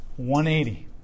180